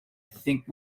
think